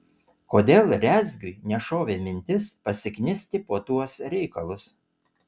kodėl rezgiui nešovė mintis pasiknisti po tuos reikalus